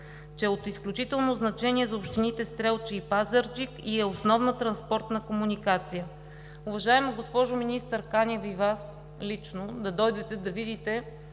е от изключително значение за общините Стрелча и Пазарджик и е основна транспортна комуникация. Уважаема госпожо Министър, каня Ви лично Вас да дойдете и да видите